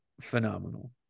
phenomenal